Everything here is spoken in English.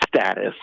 status